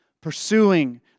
pursuing